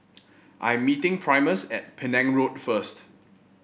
I'm meeting Primus at Penang Road first